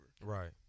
Right